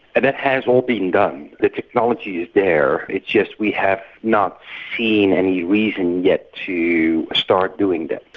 and that has all been done, the technology is there, it's just we have not seen any reason yet to start doing that.